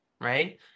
right